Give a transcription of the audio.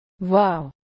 Wow